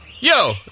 Yo